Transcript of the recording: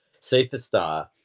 superstar